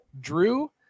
Drew